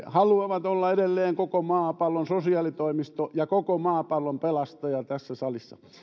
haluavat olla edelleen koko maapallon sosiaalitoimisto ja koko maapallon pelastaja tässä salissa